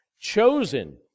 chosen